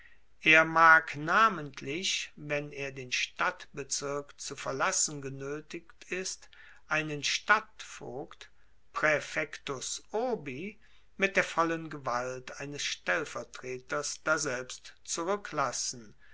er mag namentlich wenn er den stadtbezirk zu verlassen genoetigt ist einen stadtvogt praefectus urbi mit der vollen gewalt eines stellvertreters daselbst zuruecklassen